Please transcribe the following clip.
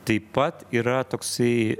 taip pat yra toksai